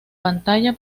pantalla